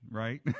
right